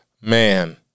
man